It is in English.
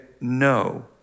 no